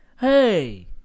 Hey